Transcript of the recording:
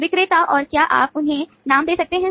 विक्रेता और क्या आप उन्हें नाम दे सकते हैं